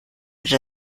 würde